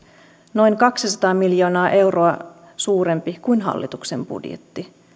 noin kaksisataa miljoonaa euroa suurempi kuin hallituksen budjetti